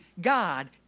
God